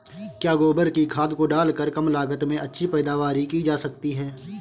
क्या गोबर की खाद को डालकर कम लागत में अच्छी पैदावारी की जा सकती है?